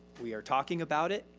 we are talking about it.